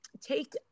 Take